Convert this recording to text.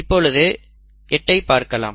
இப்பொழுது 8 ஐ பார்க்கலாம்